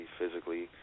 physically